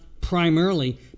primarily